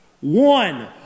One